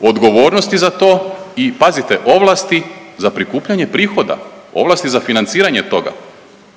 odgovornosti za to i pazite ovlasti za prikupljanje prihoda, ovlasti za financiranje toga.